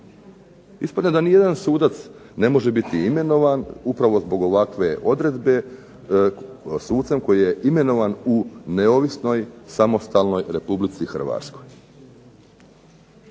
Ispada da nijedan sudac ne može biti imenovan upravo zbog ovakve odredbe sucem koji je imenovan u neovisnoj, samostalnoj Republici Hrvatskoj.